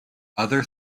other